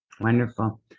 Wonderful